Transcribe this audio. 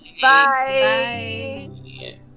Bye